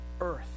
Earth